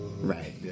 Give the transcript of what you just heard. Right